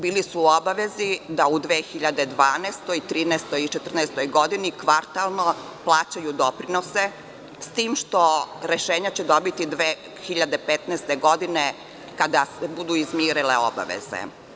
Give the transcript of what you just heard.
Bili su obavezi da u 2012, 2013. i 2014. godini kvartalno plaćaju doprinose, s tim će rešenja dobiti 2015. godine, kada se budu izmirile obaveze.